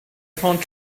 found